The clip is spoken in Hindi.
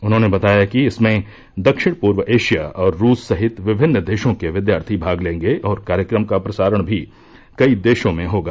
उन्होंने बताया कि इसमें दक्षिण पूर्व एशिया और रूस सहित विभिन्न देशों के विद्यार्थी भाग लेंगे और कार्यक्रम का प्रसारण भी कई देशों में होगा